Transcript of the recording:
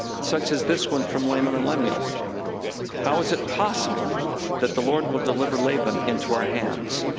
such as this one from laman and lemuel how is it possible that the lord will deliver laban into our hands?